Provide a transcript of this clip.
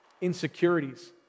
insecurities